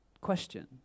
question